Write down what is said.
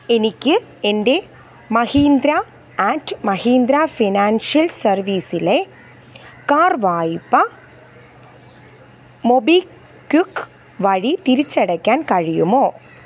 എനിക്ക് എൻ്റെ Mahindra and Mahindra financial സർവീസിലെ കാർ വായ്പ മൊബിക്വിക്ക് വഴി തിരിച്ചടയ്ക്കാൻ കഴിയുമോ